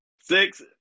Six